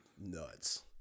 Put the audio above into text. nuts